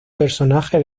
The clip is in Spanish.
personaje